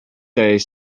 days